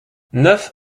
neuf